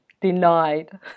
denied